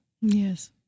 yes